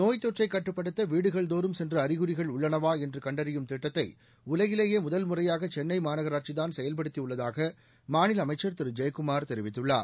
நோய் தொற்றை கட்டுப்படுத்த வீடுகள் தோறும் சென்று அறிகுறிகள் உள்ளனவா என்று கண்டறியும் திட்டத்தை உலகிலேயே முதல் முறையாக சென்னை மாநகராட்சிதான் செயல்படுத்தி உள்ளதாக மாநில அமைச்சர் திரு ஜெயக்குமார் தெரிவித்துள்ளார்